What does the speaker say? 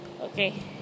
okay